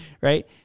right